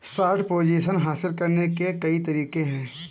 short position हासिल करने के कई तरीके हैं